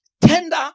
tender